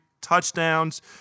touchdowns